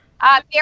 Barry